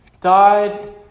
died